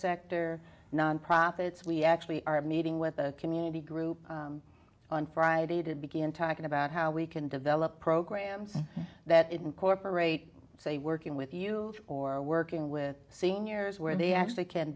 sector nonprofits we actually are meeting with a community group on friday to begin talking about how we can develop programs that incorporate say working with you or working with seniors where they actually can